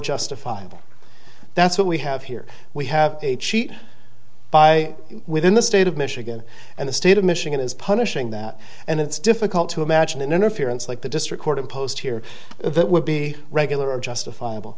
justifiable that's what we have here we have a cheat by within the state of michigan and the state of michigan is punishing that and it's difficult to imagine an interference like the district court imposed here that would be regular or justifiable